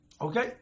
Okay